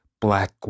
Black